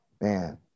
Man